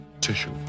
tissue